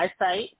eyesight